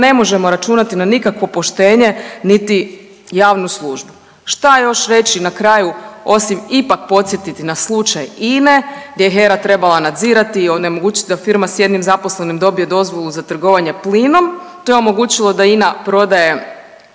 ne možemo računati na nikakvo poštenje niti jasnu službu. Šta još reći na kraju osim ipak podsjetiti na slučaj INA-e gdje je HERA trebala nadzirati i onemogućiti da firma s jednim zaposlenim dobije dozvolu za trgovanje plinom, to je omogućilo da INA prodaje